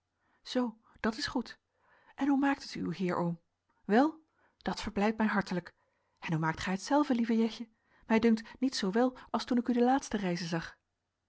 zoo dat is goed en hoe maakt het uw heer oom wèl dat verblijdt mij hartelijk en hoe maakt gij het zelve lieve jetje mij dunkt niet zoo wel als toen ik u de laatste reize zag